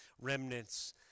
remnants